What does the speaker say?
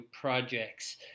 projects